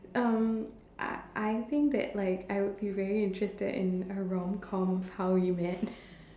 um I I think that like I would be very interested in a rom com of how we met